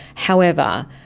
however,